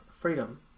freedom